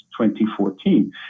2014